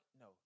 No